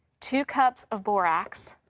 two cups of borax,